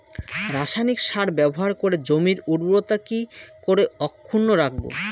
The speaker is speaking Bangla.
রাসায়নিক সার ব্যবহার করে জমির উর্বরতা কি করে অক্ষুণ্ন রাখবো